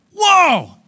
whoa